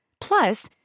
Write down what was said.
Plus